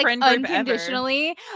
unconditionally